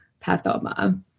Pathoma